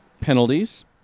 penalties